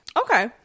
Okay